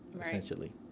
essentially